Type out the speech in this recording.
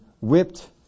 whipped